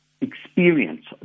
experience